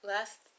Last